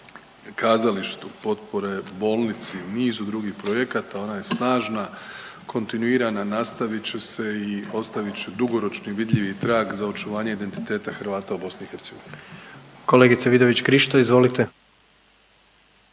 kazalištu, potpore bolnici, nizu drugih projekata ona je snažna, kontinuirana nastavit će se i ostavit će dugoročni vidljivi trag za očuvanje identiteta Hrvata u BiH. **Jandroković, Gordan